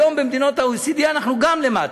היום במדינות ה-OECD אנחנו גם למטה.